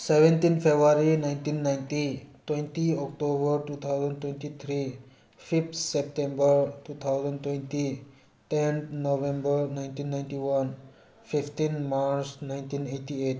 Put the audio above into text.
seventeen February nineteen ninety twenty October two thousand twenty three fifth September two thousand twenty ten November nineteen ninety one fifteen March nineteen eighty eight